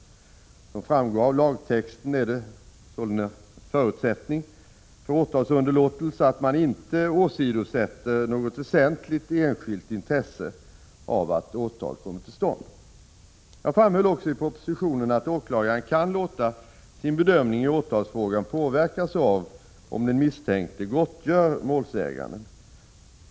Som framgår av lagtexten är det sålunda en förutsättning för åtalsunderlåtelse att man inte åsidosätter något väsentligt enskilt intresse av att åtal kommer till stånd. Jag framhöll också i propositionen att åklagaren kan låta sin bedömning i åtalsfrågan påverkas av om den misstänkte gottgör målsäganden.